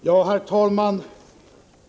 Herr talman!